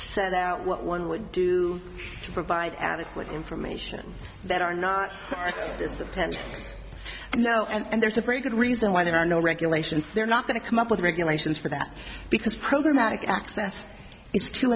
set out what one would do to provide adequate information that are not just the pension and no and there's a very good reason why there are no regulations they're not going to come up with regulations for that because programatic access